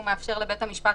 הוא מאפשר לבית המשפט